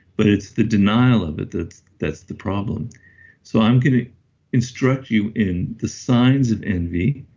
but it's the denial of it that's that's the problem so i'm going to instruct you in the signs of envy,